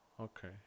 Okay